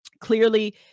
Clearly